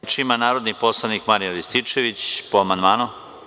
Reč ima narodni poslanik Marijan Rističević po amandmanu.